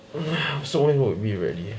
so why are you with me already